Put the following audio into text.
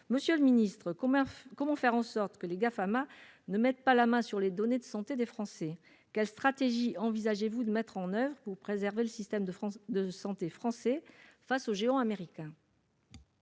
Monsieur le secrétaire d'État, comment faire en sorte que les Gafama ne mettent pas la main sur les données de santé des Français ? Quelle stratégie envisagez-vous de mettre en oeuvre pour préserver le système de santé français face aux géants américains ?